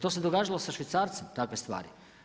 To se događalo sa švicarcem takve stvari.